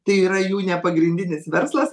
tai yra jų ne pagrindinis verslas